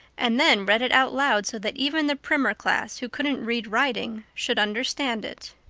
and then read it out loud so that even the primer class, who couldn't read writing, should understand it.